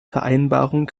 vereinbarung